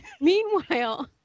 Meanwhile